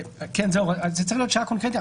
זו צריכה להיות שעה קונקרטית.